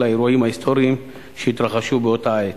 לאירועים ההיסטוריים שהתרחשו באותה עת.